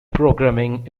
programming